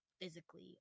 physically